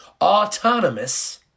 autonomous